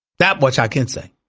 that much i can say